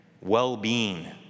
well-being